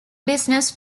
business